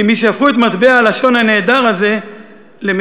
כמי שהפכו את מטבע הלשון הנהדר הזה למציאות.